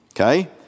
Okay